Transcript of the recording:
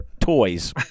toys